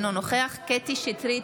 אינו נוכח קטי קטרין שטרית,